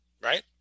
right